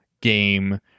game